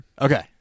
Okay